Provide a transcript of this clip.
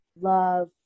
love